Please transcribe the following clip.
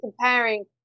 comparing